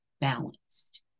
balanced